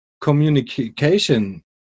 communication